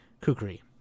Kukri